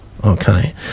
okay